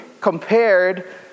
compared